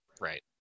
Right